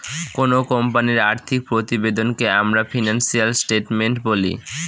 কোনো কোম্পানির আর্থিক প্রতিবেদনকে আমরা ফিনান্সিয়াল স্টেটমেন্ট বলি